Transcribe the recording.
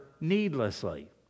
needlessly